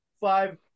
five